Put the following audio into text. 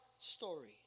story